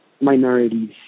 minorities